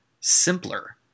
simpler